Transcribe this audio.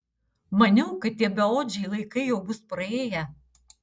maniau kad tie beodžiai laikai jau bus praėję